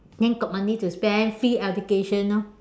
then got money to spend free education orh